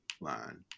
line